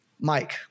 Mike